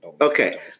Okay